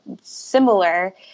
similar